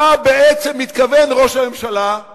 לא הבחירות הן משאל העם האמיתי על